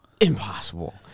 Impossible